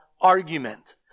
argument